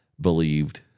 believed